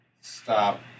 stop